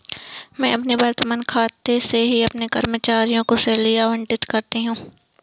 मैं अपने वर्तमान खाते से ही अपने कर्मचारियों को सैलरी आबंटित करती हूँ